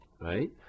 right